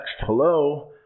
Hello